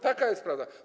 Taka jest prawda.